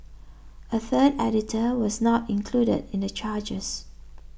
a third editor was not included in the charges